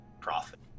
profit